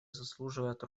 заслуживает